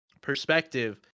perspective